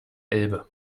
elbe